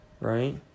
right